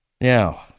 Now